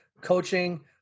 coaching